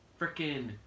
freaking